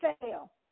fail